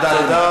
תודה, אדוני.